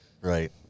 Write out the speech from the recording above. Right